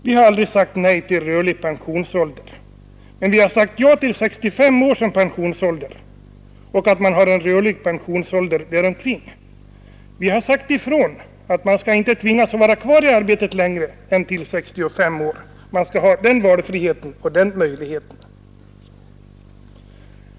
Vi har aldrig sagt nej till rörlig pensionsålder, men vi har sagt ja till 65 år som pensionsålder och att man skulle ha en rörlig pensionsålder däromkring. Vi har sagt ifrån att man inte skall tvingas att vara kvar i arbetet längre än till 65 år. Man skall ha den valfriheten och den möjligheten.